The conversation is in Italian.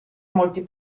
molti